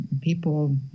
people